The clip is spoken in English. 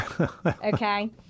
Okay